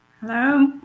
Hello